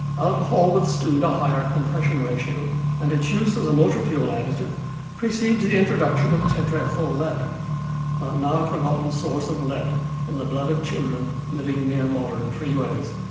alcohol withstood a higher compression ratio and its use as a motor fuel additive precedes the introduction of tetra ethyl lead, that now forgotten source of lead in the blood of children living near modern freeways.